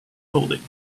coding